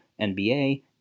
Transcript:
NBA